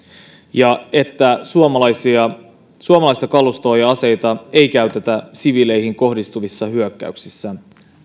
ja että suomalaista kalustoa ja aseita ei käytetä siviileihin kohdistuvissa hyökkäyksissä